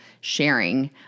sharing